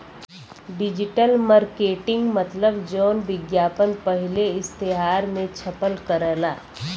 digital marketing मतलब जौन विज्ञापन पहिले इश्तेहार मे छपल करला